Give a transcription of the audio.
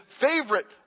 favorite